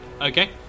okay